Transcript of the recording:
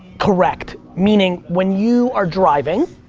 correct. meaning when you are driving,